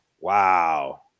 Wow